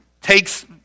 takes